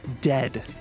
dead